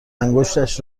انگشتش